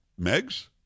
megs